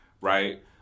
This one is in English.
right